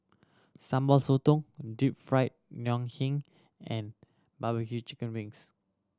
Sambal Sotong Deep Fried Ngoh Hiang and barbecue chicken wings